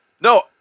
No